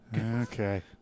Okay